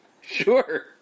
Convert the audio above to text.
Sure